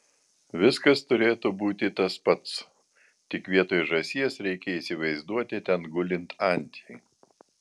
viskas turėtų būti tas pats tik vietoj žąsies reikia įsivaizduoti ten gulint antį